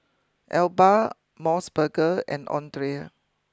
Alba Mos Burger and Andre